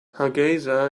hargeysa